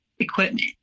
equipment